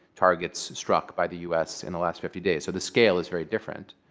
targets struck by the us in the last fifty days. so the scale is very different.